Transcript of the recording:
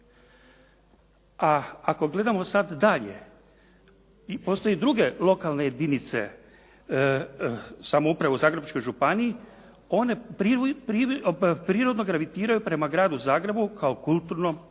A ako gledamo sad dalje, postoje i druge lokalne jedinice samouprave u Zagrebačkoj županiji. One prirodno gravitiraju prema gradu Zagrebu kao kulturnom,